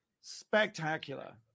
spectacular